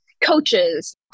coaches